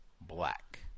black